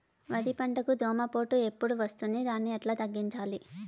వరి పంటకు దోమపోటు ఎప్పుడు వస్తుంది దాన్ని ఎట్లా తగ్గించాలి?